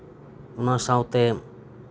ᱚᱱᱟ ᱥᱟᱶᱛᱮ